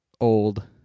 Old